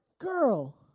girl